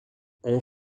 ont